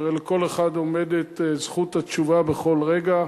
שהרי לכל אחד עומדת זכות התשובה בכל רגע.